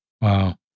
Wow